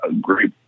great